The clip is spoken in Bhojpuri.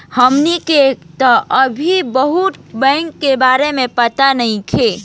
हमनी के तऽ अभी बहुत बैंक के बारे में पाता नइखे